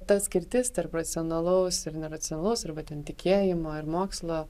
ta skirtis tarp racionalaus ir neracionalus arba ten tikėjimo ir mokslo